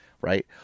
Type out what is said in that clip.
Right